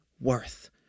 worth